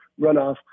runoff